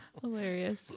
Hilarious